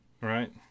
right